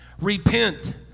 Repent